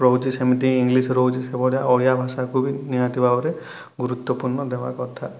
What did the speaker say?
ରହୁଛି ସେମିତି ଇଂଲିଶ୍ ରହୁଛି ସେଭଳିଆ ଓଡ଼ିଆ ଭାଷାକୁ ବି ନିହାତି ଭାବରେ ଗୁରୁତ୍ୱପୁର୍ଣ୍ଣ ଦେବା କଥା